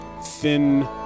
thin